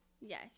Yes